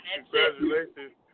congratulations